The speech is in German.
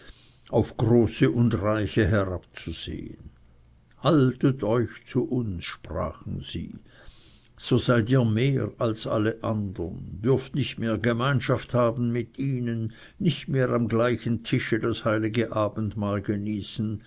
auf große und reiche herabzusehen haltet euch zu uns sprachen sie so seid ihr mehr als alle andern dürft nicht mehr gemeinschaft haben mit ihnen nicht mehr am gleichen tische das heilige abendmahl genießen